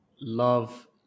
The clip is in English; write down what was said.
love